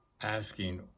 asking